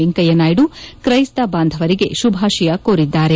ವೆಂಕಯ್ಕನಾಯ್ಡ ಕ್ರೈಸ್ತ ಬಾಂಧವರಿಗೆ ಶುಭಾಶಯ ಕೋರಿದ್ದಾರೆ